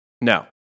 No